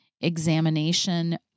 examination